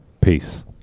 Peace